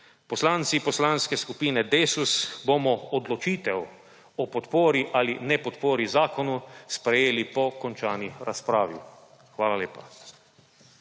Poslanci Poslanske skupine Desus bomo odločitev o podpori ali nepodpori zakonu sprejeli po končani razpravi. Hvale lepa.